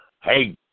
Hey